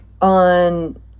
on